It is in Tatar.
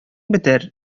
бетәр